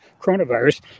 coronavirus